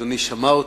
ואדוני שמע אותי.